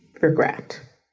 regret